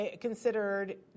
considered